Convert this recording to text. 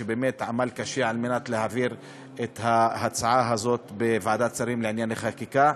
שבאמת עמל קשה על מנת להעביר את ההצעה האת בוועדת שרים לענייני חקיקה.